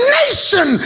nation